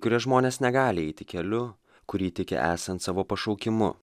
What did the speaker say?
kuri žmonės negali eiti keliu kurį tiki esant savo pašaukimu